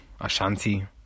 Ashanti